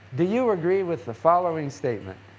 do you agree with the following statement,